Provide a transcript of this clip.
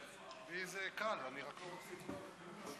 אני רק מודיע שאנחנו דנים פה בשתי